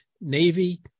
Navy